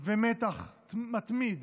ומתח מתמיד